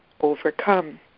overcome